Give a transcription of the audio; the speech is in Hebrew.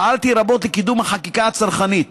פעלתי רבות לקידום החקיקה הצרכנית,